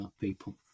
people